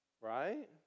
right